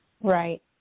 Right